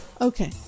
Okay